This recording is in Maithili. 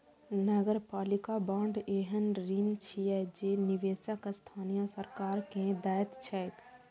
नगरपालिका बांड एहन ऋण छियै जे निवेशक स्थानीय सरकार कें दैत छैक